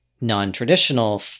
non-traditional